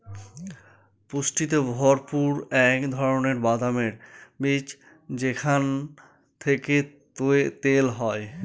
পুষ্টিতে ভরপুর এক ধরনের বাদামের বীজ যেখান থেকে তেল হয়